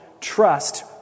trust